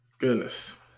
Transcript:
Goodness